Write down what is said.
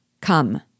Come